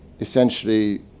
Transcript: essentially